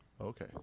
okay